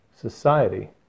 society